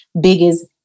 biggest